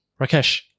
Rakesh